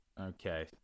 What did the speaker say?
Okay